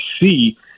see